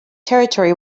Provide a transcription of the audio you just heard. territory